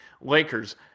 Lakers